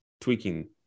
tweaking